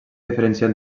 diferenciar